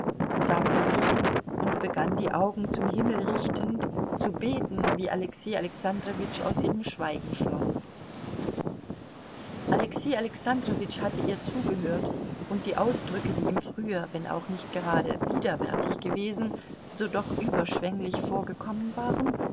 sagte sie und begann die augen zum himmel richtend zu beten wie alexei alexandrowitsch aus ihrem schweigen schloß alexei alexandrowitsch hatte ihr zugehört und die ausdrücke die ihm früher wenn auch nicht gerade widerwärtig gewesen so doch überschwenglich vorgekommen waren